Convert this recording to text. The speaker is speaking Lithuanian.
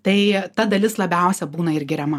tai ta dalis labiausia būna ir giriama